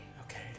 Okay